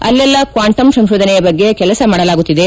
ಅಲ್ಲೆಲ್ಲ ಕ್ವಾಂಟಮ್ ಸಂಶೋಧನೆಯ ಬಗ್ಗೆ ಕೆಲಸ ಮಾಡಲಾಗುತ್ತಿದೆ